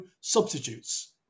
substitutes